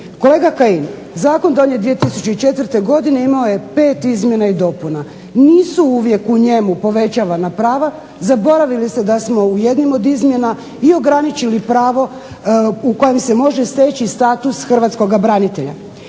Kolega Kajin, zakon donijet 2004. godine imao je 5 izmjena i dopuna. Nisu uvijek u njemu povećavana prava. Zaboravljate da smo u jednim od izmjena i ograničili pravo u kojem se može steći status hrvatskoga branitelja.